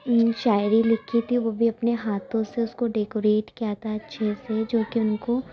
شاعری لکھی تھی وہ بھی اپنے ہاتھوں سے اس کو ڈیکوریٹ کیا تھا اچھے سے جو کہ ان کو